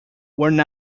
worn